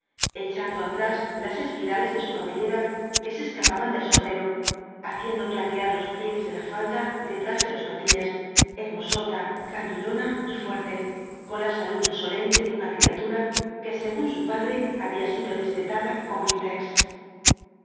echando atrás las espirales de su cabellera que se escapaban del sombrero haciendo claquear los pliegues de la falda detrás de los patines hermosota grandullona y fuerte con la salud insolente de una criatura que según su padre había sido destetada con biftecs